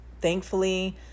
thankfully